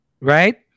Right